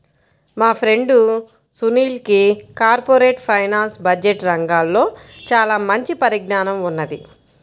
మా ఫ్రెండు సునీల్కి corporate finance, budget రంగాల్లో చానా మంచి పరిజ్ఞానం ఉన్నది